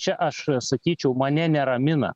čia aš sakyčiau mane neramina